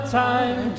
time